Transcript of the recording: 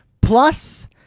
Plus